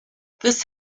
this